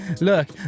look